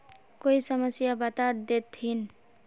कोई समस्या बता देतहिन?